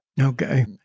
Okay